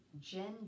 gender